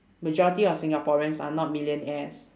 majority of singaporeans are not millionaires